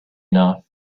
enough